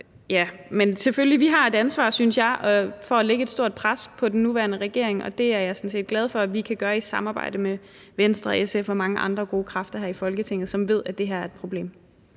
ærlig. Selvfølgelig har vi et ansvar, synes jeg, for at lægge et stort pres på den nuværende regering, og det er jeg sådan set glad for at vi kan gøre i samarbejde med Venstre og SF og mange andre gode kræfter her i Folketinget, som ved, at det her er et problem.